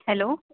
hello